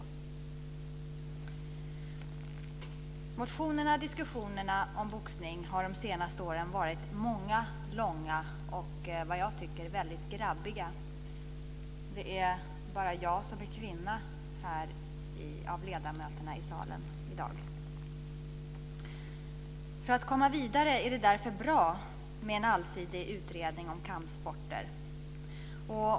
Motionerna och diskussionerna om boxning har de senaste åren varit många, långa och, vad jag tycker, väldigt grabbiga. Det är bara jag som är kvinna bland ledamöterna i salen i dag. För att vi ska komma vidare är det därför bra med en allsidig utredning om kampsporter.